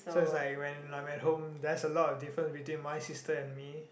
so it's like when I'm at home there's a lot of difference between my sister and me